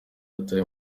yatawe